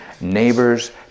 neighbors